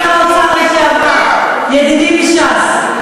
סגן שר האוצר לשעבר, ידידי מש"ס?